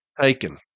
Taken